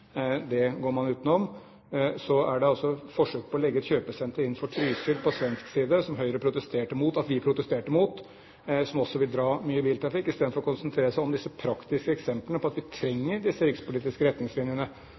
Det går man utenom. Så er det altså et forsøk på å legge et kjøpesenter ved Trysil, på svensk side – som Høyre protesterte mot at vi protesterte mot – som også vil dra mye biltrafikk. Istedenfor å konsentrere seg om disse praktiske eksemplene på at vi trenger disse rikspolitiske retningslinjene,